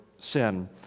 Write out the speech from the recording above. sin